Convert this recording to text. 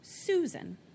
Susan